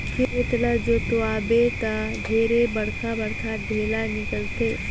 खेत ल जोतवाबे त ढेरे बड़खा बड़खा ढ़ेला निकलथे